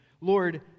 Lord